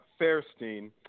Fairstein